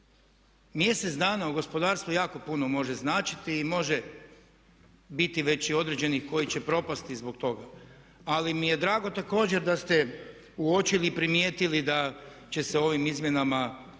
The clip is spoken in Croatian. Mjesec dana u gospodarstvu jako puno može značiti i može biti već i određenih koji će propasti zbog toga. Ali mi je drago također da ste uočili i primijetili da će se ovim izmjenama malo